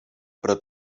però